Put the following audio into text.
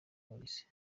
polisi